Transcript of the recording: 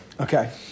Okay